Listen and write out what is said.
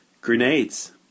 Grenades